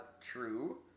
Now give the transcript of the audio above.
true